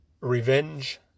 Revenge